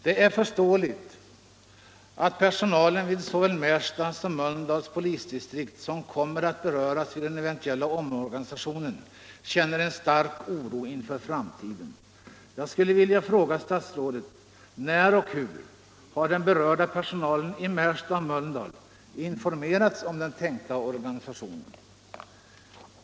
Det är förståeligt att personalen vid såväl Märsta som Mölndals polisdistrikt, som kommer att beröras vid den eventuella omorganisationen, känner en stark oro inför framtiden. Jag skulle vilja fråga statsrådet: När och hur har den berörda personalen i Märsta och Mölndal informerats om den tänkta organisationen?